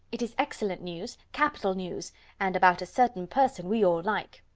it is excellent news capital news and about a certain person we all like!